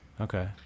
Okay